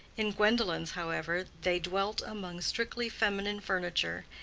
in gwendolen's, however, they dwelt among strictly feminine furniture,